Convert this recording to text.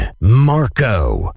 Marco